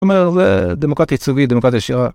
זאת אומרת, זה דמוקרט יצוגי, דמוקרטיה ישירה.